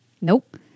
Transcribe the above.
Nope